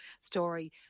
story